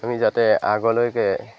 আমি যাতে আগলৈকে